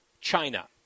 China